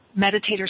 meditators